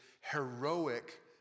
heroic